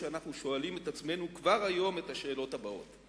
כשאנחנו שואלים את עצמנו כבר היום את השאלות הבאות: